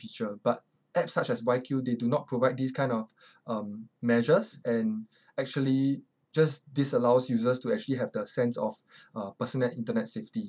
feature but apps such as WhyQ they do not provide this kind of um measures and actually just disallows users to actually have the sense of uh personal internet safety